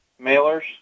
mailers